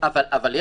יכול להיות